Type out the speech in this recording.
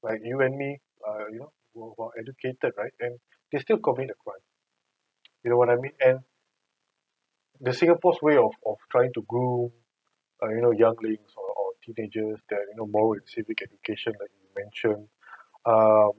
like you and me are you now well educated right and they're still commit a crime you know what I mean and the singapore's way of of trying to groom you know younglings or or teenagers there are moral and civic education that you mention um